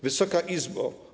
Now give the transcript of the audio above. Wysoka Izbo!